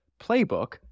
playbook